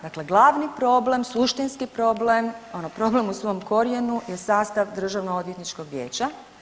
Dakle, glavni problem, suštinski problem ono problem u svom korijenu je sastav Državnoodvjetničkog vijeća.